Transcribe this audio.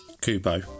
Kubo